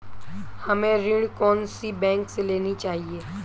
हमें ऋण कौन सी बैंक से लेना चाहिए?